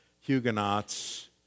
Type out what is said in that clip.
Huguenots